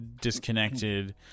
disconnected